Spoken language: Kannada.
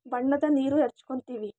ಬಣ್ಣದ ನೀರು ಎರ್ಚ್ಕೊಂತೀವಿ